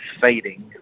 fading